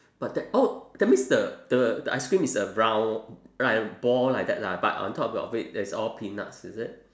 but that oh that means the the the ice cream is a round like ball like that lah but on top of it it's all peanuts is it